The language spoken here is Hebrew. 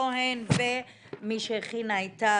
כהן ומי שהכינה איתה,